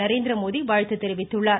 நரேந்திரமோடி வாழ்த்து தெரிவித்துள்ளார்